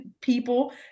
people